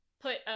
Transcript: put